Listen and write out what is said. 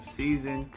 season